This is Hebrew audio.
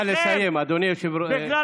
נא לסיים, אדוני היושב-ראש.